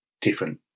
different